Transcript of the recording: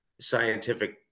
scientific